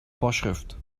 vorschrift